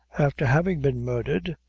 afther having been murdhered.